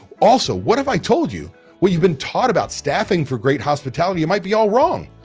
also, what if i told you what you've been taught about staffing for great hospitality you might be all wrong?